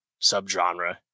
subgenre